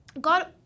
God